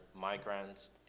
migrants